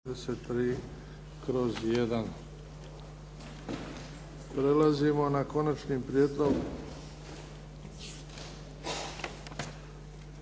133/1. Prelazimo na - Konačni prijedlog